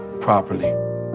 properly